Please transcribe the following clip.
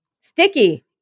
Sticky